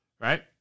Right